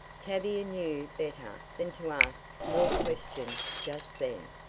tavia knew better than to ask more questions just then.